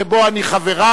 שבו אני חברה.